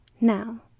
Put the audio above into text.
Now